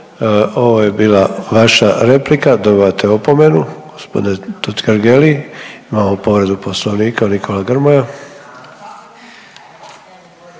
Ovo je bila vaša replika dobivate opomenu gospodine Totgergeli. Imamo povredu Poslovnika, Nikola Grmoja.